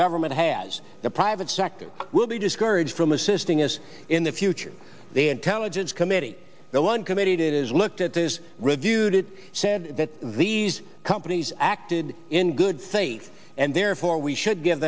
government has the private sector will be discouraged from assisting us in the future they intelligence committee will uncommitted is looked at this review that said that these companies acted in good faith and therefore we should give